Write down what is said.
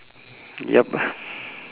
yup